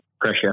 pressure